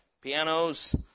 pianos